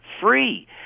free